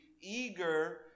eager